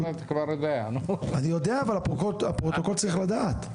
אני יודע, אבל הפרוטוקול צריך לדעת.